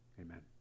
Amen